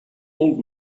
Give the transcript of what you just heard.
old